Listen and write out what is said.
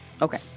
Okay